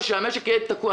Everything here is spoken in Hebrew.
ושהמשק יהיה תקוע.